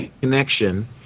connection